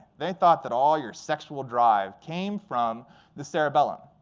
they thought that all your sexual drive came from the cerebellum.